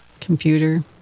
Computer